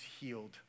healed